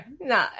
no